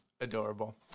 adorable